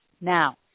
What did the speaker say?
Now